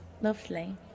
Lovely